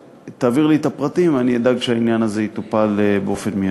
תעביר לי את הפרטים ואני אדאג שהעניין הזה יטופל באופן מיידי.